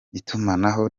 itumanaho